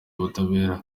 ubutabera